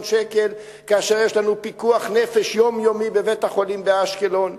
שקל כאשר יש לנו פיקוח נפש יומיומי בבית-החולים באשקלון.